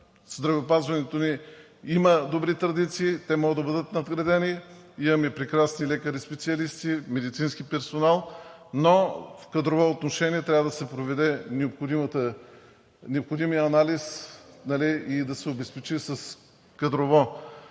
Здравеопазването ни има добри традиции, те могат да бъдат надградени. Имаме прекрасни лекари специалисти и медицински персонал, но в кадрово отношение трябва да се проведе необходимия анализ и да се обезпечи кадрово